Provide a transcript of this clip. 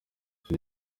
icyo